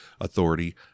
authority